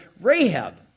Rahab